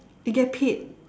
they get paid